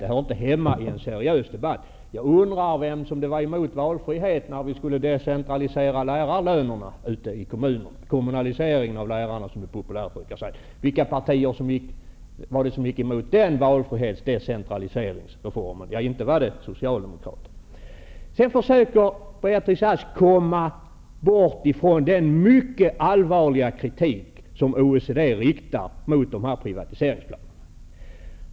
De hör inte hemma i en seriös debatt. Jag undrar vem som var emot valfrihet när vi stod inför att decentralisera lärarlönerna i kommunerna? Kommunalisering av lärarna, som det populärt kallas. Vilka partier var det som gick emot denna reform? Inte var det Socialdemokraterna. Vidare försöker statsrådet Beatrice Ask komma bort ifrån den mycket allvarliga kritik som OECD riktar mot privatiseringsplanerna.